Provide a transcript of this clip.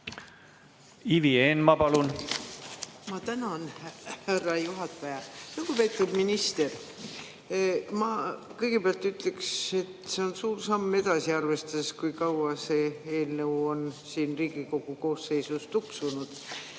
Ivi Eenmaa, palun! Ma tänan, härra juhataja! Lugupeetud minister! Ma kõigepealt ütleksin, et see on suur samm edasi, arvestades seda, kui kaua see eelnõu on siin Riigikogu koosseisus tuksunud.